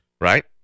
Right